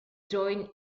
joined